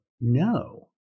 no